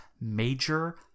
Major